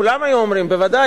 כולם היו אומרים: בוודאי,